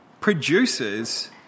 produces